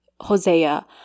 Hosea